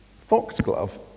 Foxglove